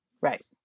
Right